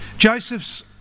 Joseph's